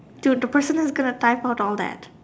dude the person is gonna type out all that